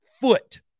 foot